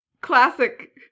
classic